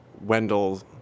Wendell